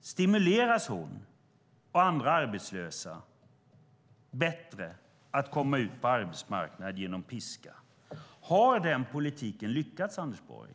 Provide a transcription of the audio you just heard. Stimuleras hon och andra arbetslösa bättre att komma ut på arbetsmarknaden genom piska? Har den politiken lyckats, Anders Borg?